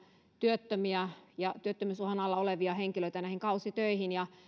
työttömiä ja työttömyysuhan alla olevia henkilöitä näihin kausitöihin ja